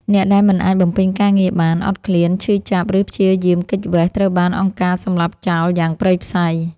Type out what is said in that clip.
អ្នកដែលមិនអាចបំពេញការងារបាន អត់ឃ្លាន ឈឺចាប់ ឬព្យាយាមគេចវេស ត្រូវបានអង្គការសម្លាប់ចោលយ៉ាងព្រៃផ្សៃ។